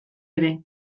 ere